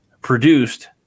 produced